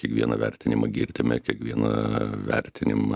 kiekvieną vertinimą girdime kiekvieną vertinimą